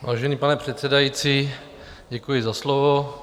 Vážený pane předsedající, děkuji za slovo.